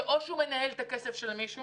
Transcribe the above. שאו שהוא מנהל את הכסף של מישהו